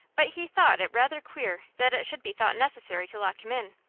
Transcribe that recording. but he thought it rather queer that it should be thought necessary to lock him in.